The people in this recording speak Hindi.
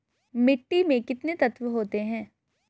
मिट्टी में कितने तत्व होते हैं?